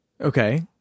Okay